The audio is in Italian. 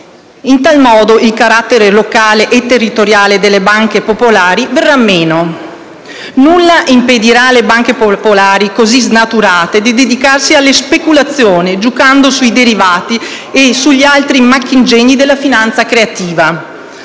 In tal modo il carattere locale e territoriale delle banche popolari verrà meno. Nulla impedirà alle banche popolari, così snaturate, di dedicarsi alla speculazione, giocando sui derivati e sugli altri marchingegni della finanza creativa.